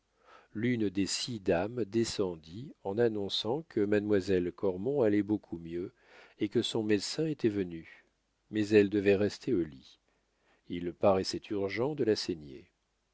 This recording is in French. l'une des six femmes descendit en annonçant que mademoiselle cormon allait beaucoup mieux et que son médecin était venu mais elle devait rester au lit il paraissait urgent de la saigner